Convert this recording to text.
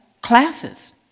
classes